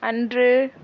அன்று